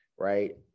right